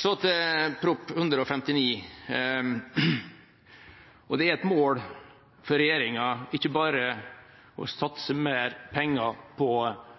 Så til Prop. 159 L for 2015–2016: Det er et mål for regjeringa og samarbeidspartiene ikke bare å satse mer penger på